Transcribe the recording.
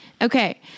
Okay